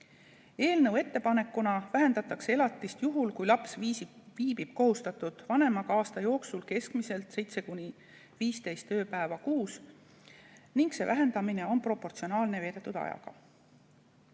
Eelnõu ettepanekuna vähendatakse elatist juhul, kui laps viibib kohustatud vanema juures aasta jooksul keskmiselt 7–15 ööpäeva kuus, ning vähendamine on proportsionaalne seal veedetud ajaga.